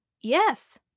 Yes